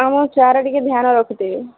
ଆମ ଛୁଆର ଟିକେ ଧ୍ୟାନ ରଖୁଥିବେ